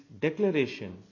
declaration